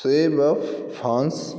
शेवफन्स